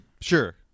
Sure